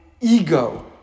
Ego